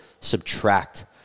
subtract